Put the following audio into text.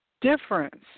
difference